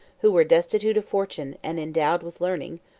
who were destitute of fortune, and endowed with learning,